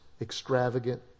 extravagant